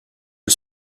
que